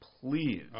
please